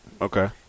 Okay